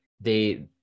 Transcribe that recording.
they-